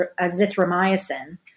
azithromycin